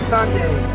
Sunday